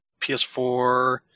PS4